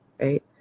right